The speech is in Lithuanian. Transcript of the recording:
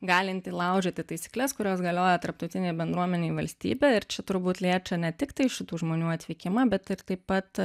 galinti laužyti taisykles kurios galioja tarptautinėj bendruomenėj valstybė ir čia turbūt liečia ne tiktai šitų žmonių atvykimą bet ir taip pat